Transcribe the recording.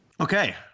Okay